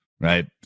right